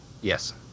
Yes